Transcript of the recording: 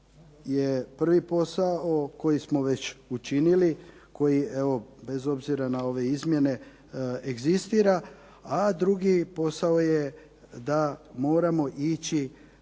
prvi posao koji smo već učinili, koji evo bez obzira na ove izmjene egzistira, a drugi posao je da moramo ići